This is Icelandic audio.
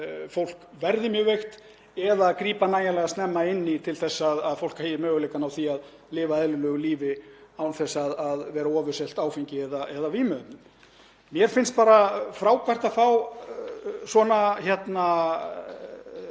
fólk verði mjög veikt eða grípa nægilega snemma inn í til þess að fólk eigi möguleika á því að lifa eðlilegu lífi án þess að vera ofurselt áfengi eða vímuefnum. Mér finnst bara frábært að fá svona